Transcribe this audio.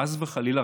חס וחלילה,